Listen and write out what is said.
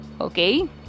Okay